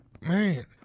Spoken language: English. man